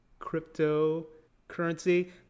cryptocurrency